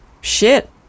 Shit